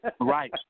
right